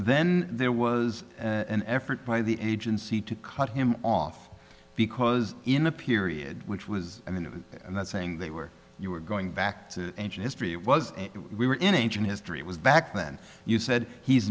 then there was an effort by the agency to cut him off because in a period which was and that's saying they were you were going back to ancient history it was we were in ancient history it was back then you said he's